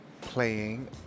playing